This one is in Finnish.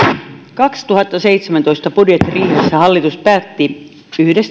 kaksituhattaseitsemäntoista budjettiriihessä hallitus päätti yhden